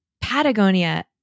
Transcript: Patagonia